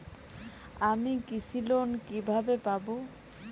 আমি কৃষি লোন কিভাবে পাবো?